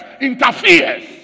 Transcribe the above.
interferes